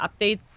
updates